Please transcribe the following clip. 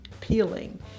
peeling